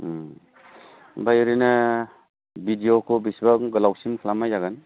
ओमफ्राय ओरैनो भिदिय'खौ बेसेबां गोलावसिम खालामनाय जागोन